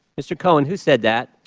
mr. cohen, who said that?